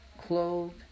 clothed